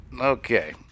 Okay